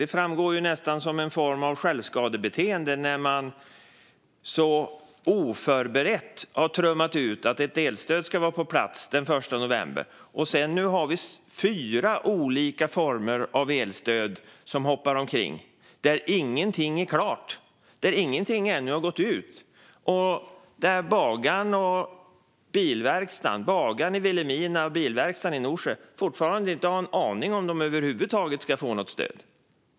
Det framstår nästan som någon form av självskadebeteende att man så oförberett har trummat ut att ett elstöd ska vara på plats den 1 november. Nu har vi fyra olika former av elstöd som hoppar omkring, och ingenting är klart och ingenting har gått ut ännu. Dessutom har bagaren i Vilhelmina och den som driver bilverkstaden i Norsjö fortfarande inte en aning om de ska få något stöd över huvud taget.